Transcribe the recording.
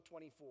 24